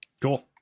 Cool